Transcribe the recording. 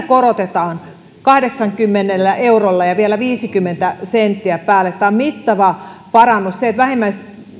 korotetaan kahdeksallakymmenellä eurolla ja vielä viisikymmentä senttiä päälle tämä on mittava parannus se että